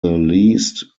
least